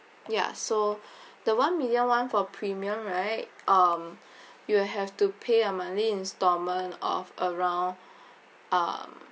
ya so the one million [one] for premium right um you will have to pay a monthly installment of around um